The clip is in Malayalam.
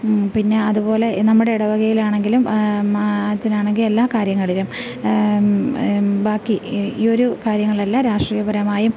പിന്നെ അതുപോലെ നമ്മുടെ ഇടവകയിലാണെങ്കിലും അച്ഛനാണെന്നെങ്കിൽ എല്ലാ കാര്യങ്ങളിലും ബാക്കി ഈ ഈയൊരു കാര്യങ്ങളിലല്ല രാഷ്ട്രീയ പരമായും